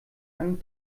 ein